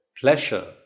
pleasure